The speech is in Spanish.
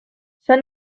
son